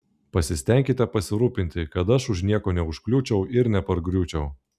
pasistenkite pasirūpinti kad aš už nieko neužkliūčiau ir nepargriūčiau